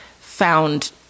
found